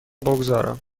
بگذارم